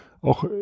auch